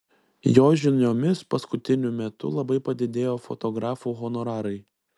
jo žiniomis paskutiniu metu labai padidėjo fotografų honorarai